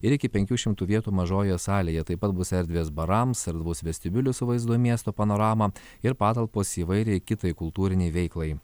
ir iki penkių šimtų vietų mažojoje salėje taip pat bus erdvės barams erdvus vestibiulis su vaizdu į miesto panoramą ir patalpos įvairiai kitai kultūrinei veiklai